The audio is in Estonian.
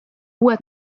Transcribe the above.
uued